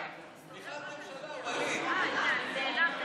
מכירת יין ומשקאות אלכוהוליים בחנות גדולה),